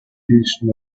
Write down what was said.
teaches